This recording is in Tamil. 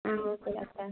ம் ஓகே டாக்டர்